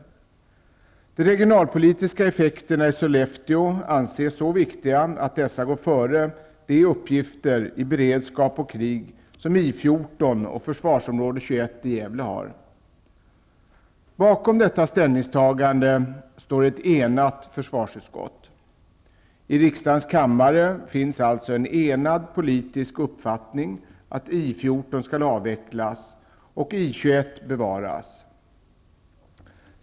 De regionalpolitiska effekterna i Sollefteå anses så viktiga att dessa går före de uppgifter i beredskap och krig som I 14 och försvarsområde 21 i Gävle har. Bakom detta ställningstagande står ett enigt försvarsutskott. I kammaren finns alltså en enig politisk uppfattning att I 14 skall avvecklas och I 21 bevaras.